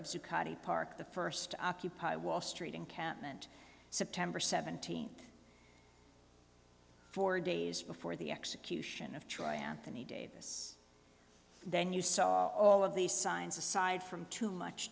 zuccotti park the first occupy wall street encampment september seventeenth four days before the execution of troy anthony davis then you saw all of these signs aside from too much